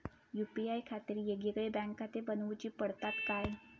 UPI खातीर येगयेगळे बँकखाते बनऊची पडतात काय?